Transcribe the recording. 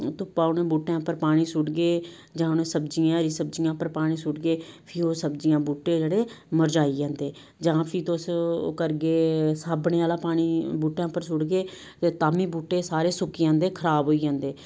धुप्पा उनें बूह्टे उप्पर पानी सुट्टगे जां उ'नें सब्जियें हरी सब्जियें उप्पर पानी सुट्टगे फ्ही ओह् सब्जियां बूह्टे जेह्ड़े मरझाई जंदे जां फ्ही तुस ओह् करगे साबने आह्ला पानी बूहटे उप्पर सुटगे ते ताम्मी बूह्टे सारे सुक्की जंदे खराब होई जंदे